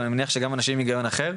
אני מניח שגם אנשים עם הגיון אחר,